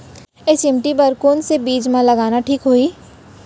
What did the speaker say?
HMT बर कौन से बीज मा लगाना ठीक होही?